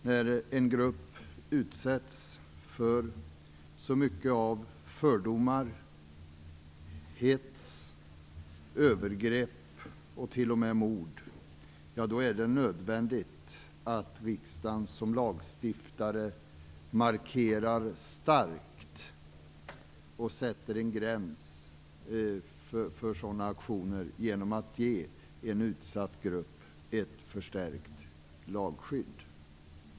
När en grupp utsätts för fördomar, hets, övergrepp och t.o.m. mord, är det nödvändigt att riksdagen som lagstiftare starkt markerar mot och sätter en gräns för detta. Det handlar om att ge en utsatt grupp förstärkt lagskydd.